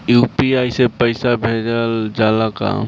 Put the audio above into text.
UPI से पईसा भेजल जाला का?